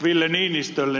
ville niinistölle